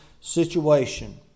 situation